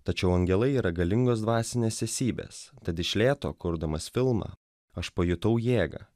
tačiau angelai yra galingos dvasinės esybės tad iš lėto kurdamas filmą aš pajutau jėgą